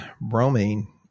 bromine